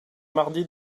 mardi